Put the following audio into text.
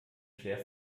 schwer